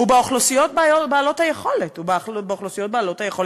הוא באוכלוסיות בעלות יכולת כלכלית.